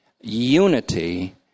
unity